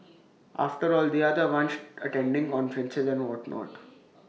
after all they are the ones attending conferences and whatnot